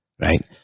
right